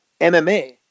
MMA